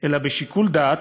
אלא בשיקול דעת,